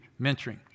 mentoring